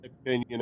opinion